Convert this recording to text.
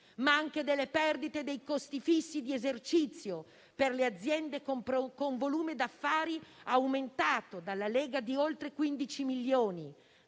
ma anche delle perdite e dei costi fissi di esercizio per le aziende con volume d'affari aumentato da noi (cioè dalla Lega) di oltre 15 milioni.